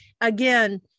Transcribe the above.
again